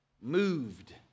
moved